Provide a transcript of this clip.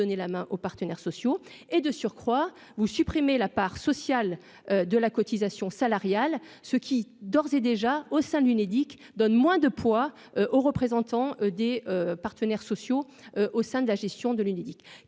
donner la main aux partenaires sociaux. Et de surcroît vous supprimez la part sociale de la cotisation salariale ce qui, d'ores et déjà au sein de l'Unédic donne moins de poids aux représentants des partenaires sociaux au sein de la gestion de l'Unédic,